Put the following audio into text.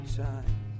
time